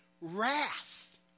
wrath